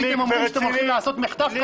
אם הייתם אומרים שאתם הולכים לעשות מחטף,